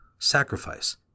Sacrifice